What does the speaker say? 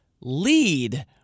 lead